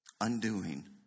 undoing